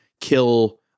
kill